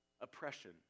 oppression